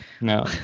No